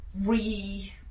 re